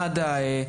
מד"א,